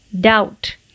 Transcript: doubt